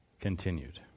continued